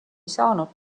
saanud